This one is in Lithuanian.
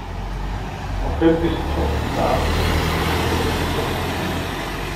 o kaipgi su tuo hektaru paskubėtu atiduoti kaimynei